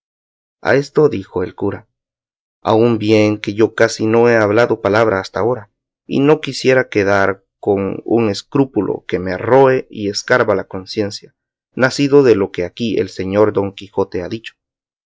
a esto dijo el cura aun bien que yo casi no he hablado palabra hasta ahora y no quisiera quedar con un escrúpulo que me roe y escarba la conciencia nacido de lo que aquí el señor don quijote ha dicho